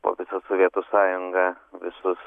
po visą sovietų sąjunga visus